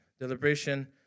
deliberation